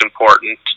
important